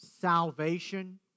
salvation